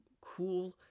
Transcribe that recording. cool